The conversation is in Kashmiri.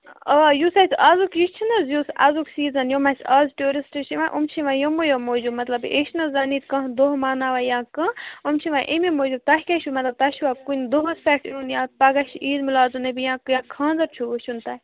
آ یُس اَسہِ اَزُک یہِ چھُنہٕ حظ یُس اَزُک سیٖزَن یِم اَسہِ آز ٹیوٗرِسٹ چھِ یِوان یِم چھِ یِوان یِموٕیو موٗجوٗب مطلب یہِ چھِنہٕ حظ زَن ییٚتہِ کانٛہہ دۄہ مَناوان یا کانٛہہ یِم چھِ یِوان اَمے موٗجوٗب تۄہہِ کیٛاہ چھُو مطلب تۄہہِ چھُوا کُنہِ دۄہَس پٮ۪ٹھ یُن یا پَگاہ چھِ عیٖد مُیٖلاد النبی یا کینٛہہ خاندر چھُو وٕچھُن تۄہہِ